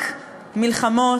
רק מלחמות,